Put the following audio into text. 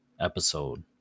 episode